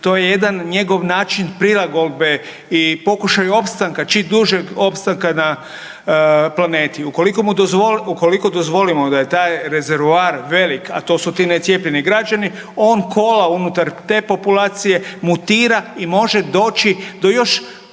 To je jedan njego način prilagodbe i pokušaj opstanka, čim dužeg opstanka na planeti. Ukoliko mu dozvolimo, ukoliko dozvolimo da je taj rezervoar velik, a to su ti necijepljeni građani on kola unutar te populacije, mutira i može doći do još